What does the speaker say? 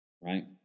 Right